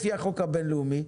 לפי החוק הבין לאומי,